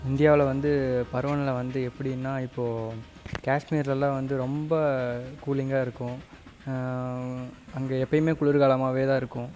இந்தியாவில வந்து பருவநிலை வந்து எப்படினா இப்போது காஷ்மீர்லலாம் வந்து ரொம்ப கூலிங்காக இருக்கும் அங்கே எப்பவுமே குளிர்காலமாகவேதான் இருக்கும்